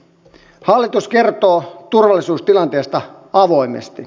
hallitus kertoo turvallisuustilanteesta avoimesti